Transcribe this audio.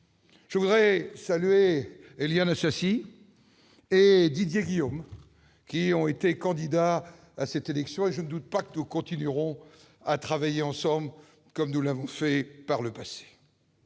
Je voudrais saluer Éliane Assassi et Didier Guillaume, qui ont été candidats à cette élection. Je ne doute pas que nous continuerons à travailler ensemble comme nous l'avons fait par le passé.